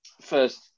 first